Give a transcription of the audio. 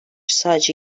sadece